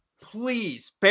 please